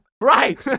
Right